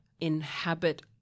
inhabit